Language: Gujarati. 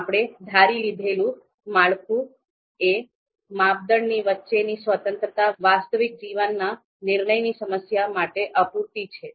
આપણે ધારી લીધેલું માળખું અને માપદંડની વચ્ચેની સ્વતંત્રતા વાસ્તવિક જીવનના નિર્ણયની સમસ્યાઓ માટે અપૂરતી છે